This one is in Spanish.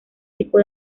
tipo